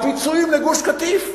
במימון הפיצויים לגוש-קטיף.